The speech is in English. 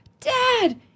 Dad